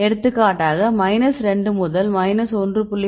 எடுத்துக்காட்டாக மைனஸ் 2 முதல் மைனஸ் 1